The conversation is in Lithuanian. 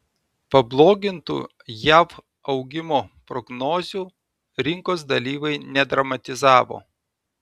pablogintų jav augimo prognozių rinkos dalyviai nedramatizavo